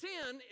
Sin